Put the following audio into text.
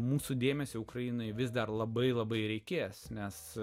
mūsų dėmesį ukrainai vis dar labai labai reikės nes